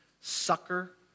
sucker